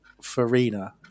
farina